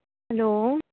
hello